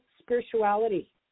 spirituality